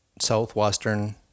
southwestern